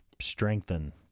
strengthen